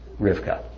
Rivka